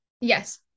Yes